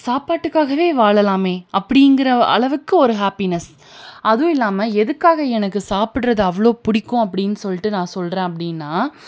சாப்பாட்டுக்காகவே வாழலாம் அப்புடிங்கிற அளவுக்கு ஒரு ஹாப்பினஸ் அதுவும் இல்லாமல் எதுக்காக எனக்கு சாப்பிட்றது அவ்வளோ பிடிக்கும் அப்படின்னு சொல்லிட்டு நான் சொல்றேன் அப்படின்னா